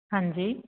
ਹਾਂਜੀ